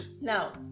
now